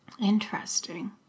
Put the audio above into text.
interesting